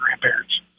grandparents